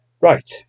Right